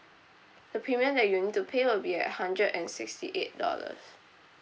the premium that you need to pay will be at hundred and sixty eight dollars